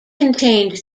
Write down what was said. contained